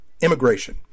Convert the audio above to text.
immigration